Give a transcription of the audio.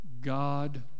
God